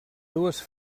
dues